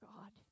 God